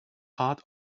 heart